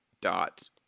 dot